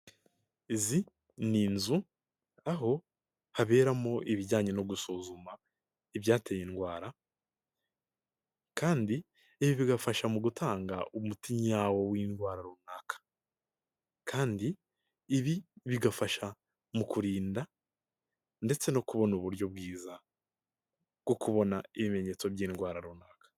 Izi ni inzu aho haberamo ibijyanye no gusuzuma ibyateye indwara, kandi ibi bigafasha mu gutanga umuti nyawo w'indwara runaka, kandi ibi bigafasha mu kurinda ndetse no kubona uburyo bwiza bwo kubona ibimenyetso by'indwara runaka.